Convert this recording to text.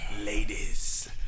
Ladies